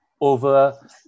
over